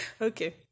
Okay